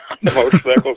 motorcycles